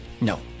No